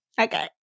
Okay